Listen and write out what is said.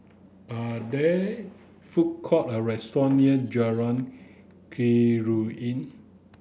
are there food court or restaurant near Jalan Keruing